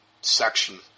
section